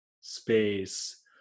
space